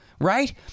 right